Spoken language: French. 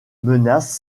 menacent